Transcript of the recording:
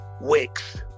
Wicks